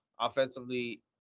offensively